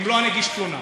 אם לא, אני אגיש תלונה.